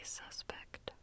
suspect